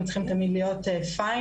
הם צריכים תמיד להיות פיין,